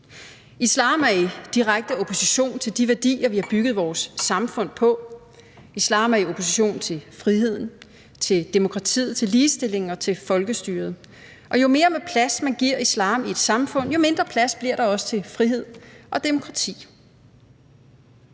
Islam er i direkte opposition til de værdier, som vi har bygget vores samfund på. Islam er i opposition til friheden, til demokratiet, til ligestillingen og til folkestyret. Og jo mere plads man giver islam i et samfund, jo mindre plads bliver der også til frihed og demokrati.